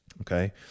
Okay